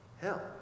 Hell